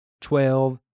twelve